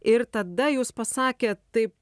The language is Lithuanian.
ir tada jūs pasakėt taip